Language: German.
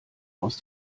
aus